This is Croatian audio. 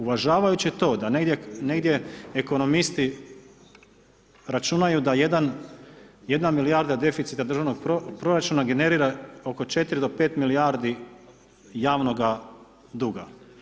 Uvažavajući to da negdje ekonomisti računaju da 1 milijarda deficita državnog proračuna generira oko 4-5 milijardi javnoga duga.